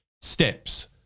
steps